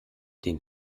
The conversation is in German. den